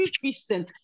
Christian